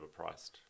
overpriced